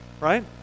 right